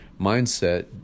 mindset